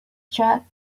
truck